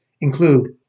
include